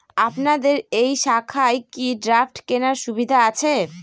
আপনাদের এই শাখায় কি ড্রাফট কেনার সুবিধা আছে?